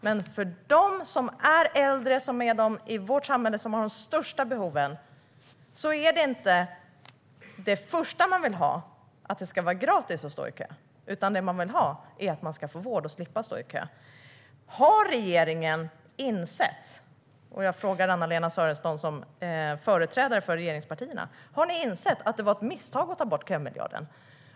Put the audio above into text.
Men det första de som är äldre vill ha, som är de i vårt samhälle som har de största behoven, är inte att det ska vara gratis att stå i utan det är att få vård utan att behöva stå i kö. Har regeringen insett, frågar jag Anna-Lena Sörenson som företrädare för regeringspartierna, att det var ett misstag att ta bort kömiljarden?